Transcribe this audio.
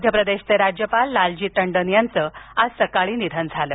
मध्य प्रदेशचे राज्यपाल लालजी टंडन यांचं आज सकाळी निधन झालं